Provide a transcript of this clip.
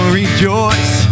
rejoice